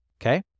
Okay